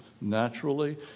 naturally